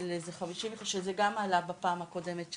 איזה 50 יחידות וזה נושא שגם עלה בפעם הקודמת,